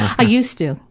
i used to.